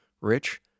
rich